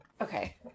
Okay